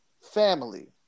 family